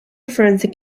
forensic